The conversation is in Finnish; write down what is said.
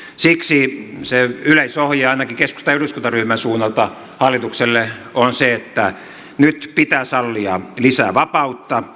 siksi se yleisohje ainakin keskustan eduskuntaryhmän suunnalta hallitukselle on se että nyt pitää sallia lisää vapautta